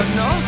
no